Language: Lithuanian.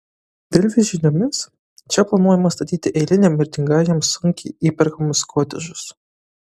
delfi žiniomis čia planuojama statyti eiliniam mirtingajam sunkiai įperkamus kotedžus